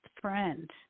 friend